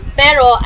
pero